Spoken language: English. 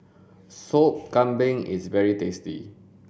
soup kambing is very tasty